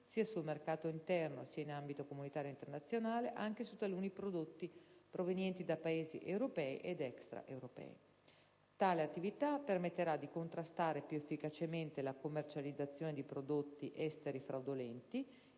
sia sul mercato interno sia in ambito comunitario e internazionale), anche su taluni prodotti provenienti da Paesi europei ed extraeuropei. Tale attività permetterà di contrastare più efficacemente la commercializzazione di prodotti esteri fraudolentemente